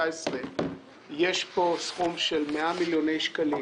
יש פה סכום של 100 מיליוני שקלים